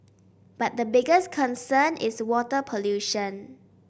but the biggest concern is water pollution